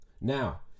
Now